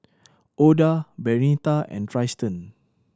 Oda Bernita and Trystan